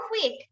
quick